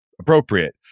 appropriate